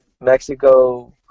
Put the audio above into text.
Mexico